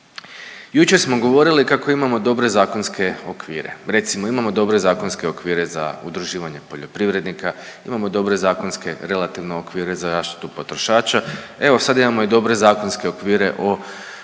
Jučer smo govorili kako imamo dobre zakonske okvire. Recimo imamo dobre zakonske okvire za udruživanje poljoprivrednika, imamo dobre zakonske relativno okvire za zaštitu potrošača, evo sad imamo i dobre zakonske okvire o